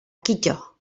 kito